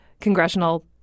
congressional